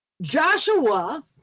Joshua